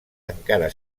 encara